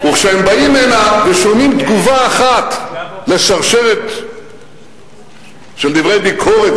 וכשהם באים הנה ושומעים תגובה אחת לשרשרת של דברי ביקורת,